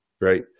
right